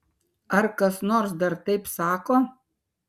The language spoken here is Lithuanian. ar kas nors dar taip sako